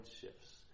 shifts